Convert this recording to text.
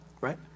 right